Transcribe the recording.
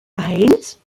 eins